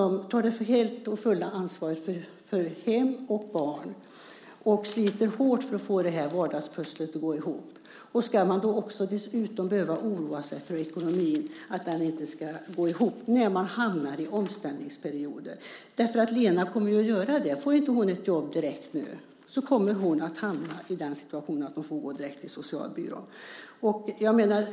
De tar helt och fullt ansvaret för hem och barn och sliter hårt för att få vardagspusslet att gå ihop. Ska de dessutom behöva oroa sig för att ekonomin inte ska gå ihop när de hamnar i omställningsperioder? Lena kommer ju att göra det. Får inte hon ett jobb direkt kommer hon att hamna i den situationen att hon får gå direkt till socialbyrån.